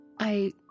I